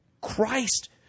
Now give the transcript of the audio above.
Christ